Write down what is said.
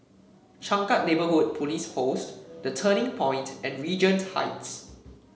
Changkat Neighbourhood Police Post The Turning Point and Regent Heights